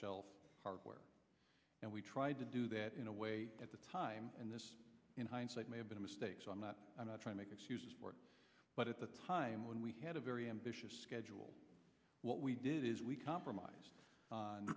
shelf hardware and we tried to do that in a way at the time and this in hindsight may have been a mistake so i'm not i'm not trying make excuses for it but at the time when we had a very ambitious schedule what we did is we compromise